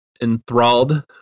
enthralled